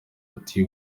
ati